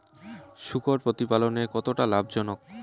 শূকর প্রতিপালনের কতটা লাভজনক?